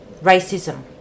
racism